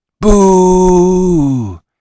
Boo